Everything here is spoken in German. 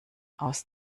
aus